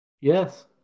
Yes